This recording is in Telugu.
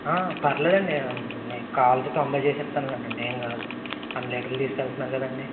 పర్లేదండి మీకు కావాల్సిస్తే తొంభై చేసి ఇస్తాను లేండి ఏమి కాదు అన్ని లీటర్లు తీసుకు వెళ్తున్నారు కదండి